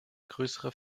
größere